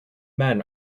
men